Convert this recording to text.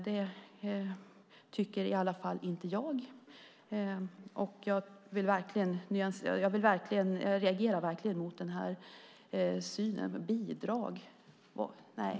Det tycker i alla fall inte jag. Jag reagerar verkligen mot den här synen. Bidrag - nej!